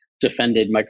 defended